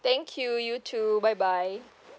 thank you you too bye bye